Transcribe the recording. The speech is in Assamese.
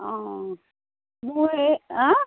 অঁ মোৰ এই হাঁ